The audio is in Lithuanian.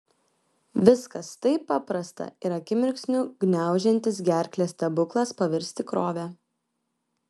viskas taip paprasta ir akimirksniu gniaužiantis gerklę stebuklas pavirs tikrove